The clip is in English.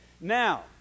now